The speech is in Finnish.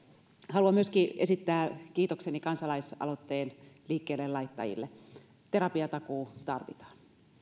haluan myöskin esittää kiitokseni kansalaisaloitteen liikkeellelaittajille terapiatakuu tarvitaan